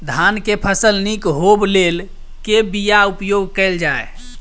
धान केँ फसल निक होब लेल केँ बीया उपयोग कैल जाय?